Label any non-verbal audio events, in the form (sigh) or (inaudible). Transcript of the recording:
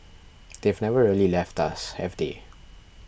(noise) they've never really left us have they